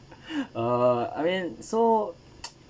uh I mean so